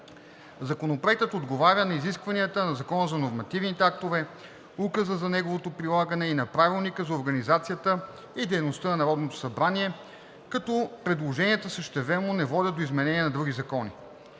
Законопроектът отговаря на изискванията на Закона за нормативните актове, Указа за неговото прилагане и на Правилника за организацията и дейността на Народното събрание, като предложенията същевременно не водят до изменение на други закони.